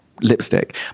lipstick